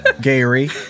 Gary